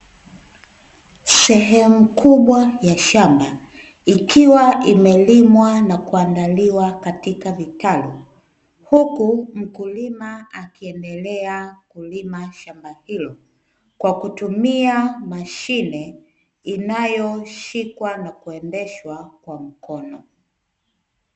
Sehemu kubwa ya shamba ikiwa imelimwa na kuandaliwa katika vitalu, huku mkulima akiendelea kulima shamba hilo kwa kutumia mashine inayoshikwa na kuendeshwa kwa mkono.